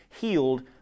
healed